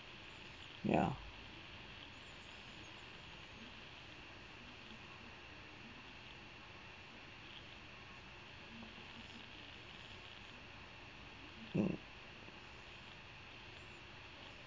ya mm